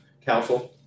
Council